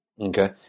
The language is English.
okay